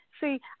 See